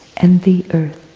and the earth.